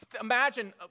imagine